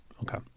Okay